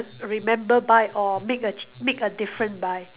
remember buy all make a make a different buy